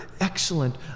excellent